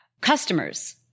Customers